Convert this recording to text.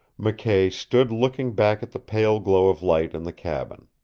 mckay stood looking back at the pale glow of light in the cabin.